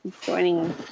joining